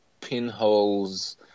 pinholes